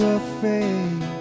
afraid